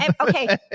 okay